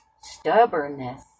Stubbornness